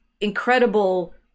incredible